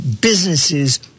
businesses